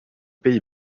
pays